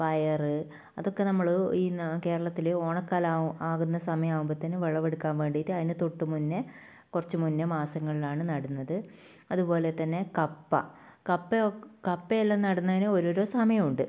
പയറ് അതൊക്കെ നമ്മൾ ഈ കേരളത്തിൽ ഓണക്കാലം ആകുന്ന സമയാവുമ്പോഴത്തേനും വിളവെടുക്കാൻ വേണ്ടീട്ട് അതിന് തൊട്ട് മുന്നെ കുറച്ച് മുന്നെ മാസങ്ങളിലാണ് നടുന്നത് യോ കപ്പയെല്ലാം നടുന്നതിന് ഓരോരോ സമയമുണ്ട്